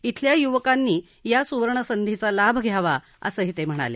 इथल्या युवकांनी या सुवर्ण संधीचा लाभ घ्यायला हवा असंही ते म्हणाले